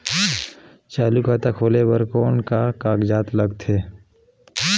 चालू खाता खोले बर कौन का कागजात लगथे?